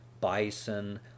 bison